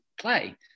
play